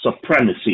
supremacy